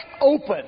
open